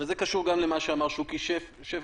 וזה קשור גם למה שאמר שוקי שמר,